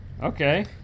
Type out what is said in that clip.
Okay